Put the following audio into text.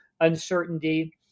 uncertainty